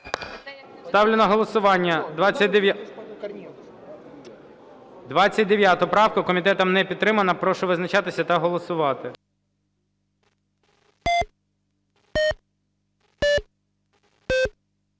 Ставлю на голосування 27-у. Комітет не підтримав. Прошу визначатися та голосувати.